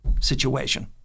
situation